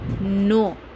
No